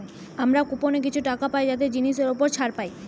আমরা কুপনে কিছু টাকা পাই যাতে জিনিসের উপর ছাড় পাই